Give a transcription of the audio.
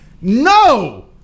no